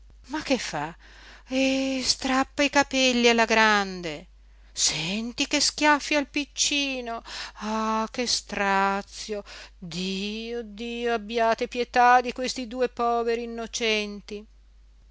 ma che fa ih strappa i capelli alla grande senti che schiaffi al piccino ah che strazio dio dio abbiate pietà di questi due poveri innocenti